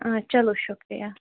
چلو شُکرِیا